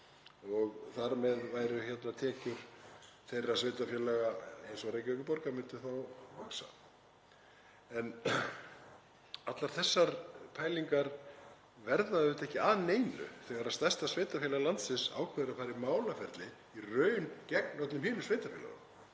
og þar með myndu tekjur þeirra sveitarfélaga, eins og Reykjavíkurborgar, vaxa. En allar þessar pælingar verða auðvitað ekki að neinu þegar stærsta sveitarfélag landsins ákveður að fara í málaferli í raun gegn öllum hinum sveitarfélögunum